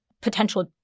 potential